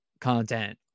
content